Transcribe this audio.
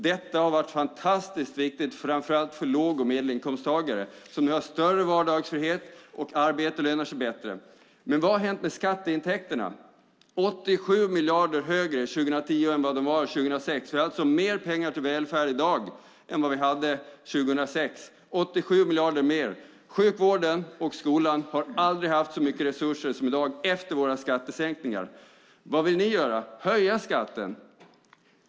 Detta har varit fantastiskt viktigt, framför allt för låg och medelinkomsttagare som nu har större vardagsfrihet, och arbete lönar sig bättre. Men vad har hänt med skatteintäkterna? De var 87 miljarder högre 2010 än vad de var 2006. Vi har alltså mer pengar till välfärden i dag än vad vi hade 2006 - 87 miljarder mer. Sjukvården och skolan har aldrig haft så mycket resurser som i dag efter våra skattesänkningar. Vad vill ni göra? Jo, höja skatten.